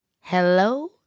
Hello